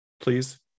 please